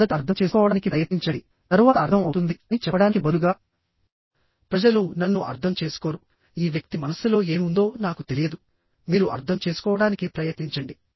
మొదట అర్థం చేసుకోవడానికి ప్రయత్నించండి తరువాత అర్థం అవుతుంది అని చెప్పడానికి బదులుగా ప్రజలు నన్ను అర్థం చేసుకోరు ఈ వ్యక్తి మనస్సులో ఏమి ఉందో నాకు తెలియదు మీరు అర్థం చేసుకోవడానికి ప్రయత్నించండి